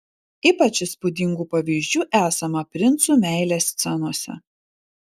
ypač įspūdingų pavyzdžių esama princų meilės scenose